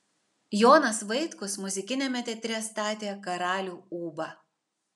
jonas vaitkus muzikiniame teatre statė karalių ūbą